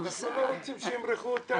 לא רוצים שימרחו אותנו.